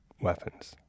weapons